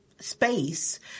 space